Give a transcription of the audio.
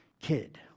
kid